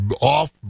off